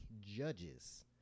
Judges